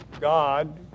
God